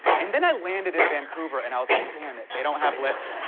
and then i landed in vancouver and i was like, damnit, they don't have lyft.